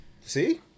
See